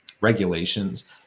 regulations